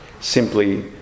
simply